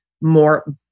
more